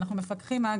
אנחנו מפקחים על